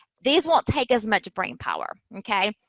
these won't take as much brain power. okay?